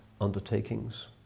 undertakings